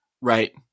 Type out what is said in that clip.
right